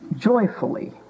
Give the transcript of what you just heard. Joyfully